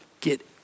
get